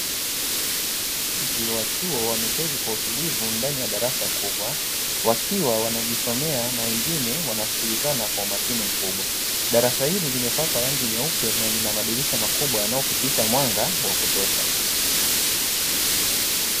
wanafunzi wa chuo wameketi kwa utulivu ndani ya darasa kubwa wakiwa wanajisomea na wengine wanaskilizana kwa umakini mkubwa, darasa hili limepakwa rangi nyeupe na lina madirisha makubwa yanayo pitisha mwanga wa kutosha.